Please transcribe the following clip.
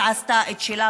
אז היא עשתה את שלה.